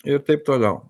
ir taip toliau